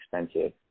expensive